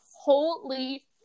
Holy